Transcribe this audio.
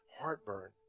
heartburn